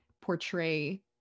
portray